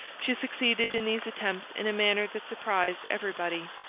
she succeeded in these attempts in a manner that surprised every body.